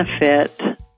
benefit